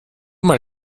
mal